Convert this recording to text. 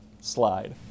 slide